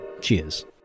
Cheers